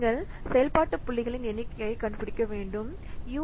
நீங்கள் செயல்பாட்டு புள்ளிகளின் எண்ணிக்கையைக் கண்டுபிடிக்க வேண்டும் யு